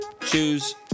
Choose